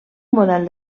model